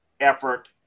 effort